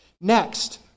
next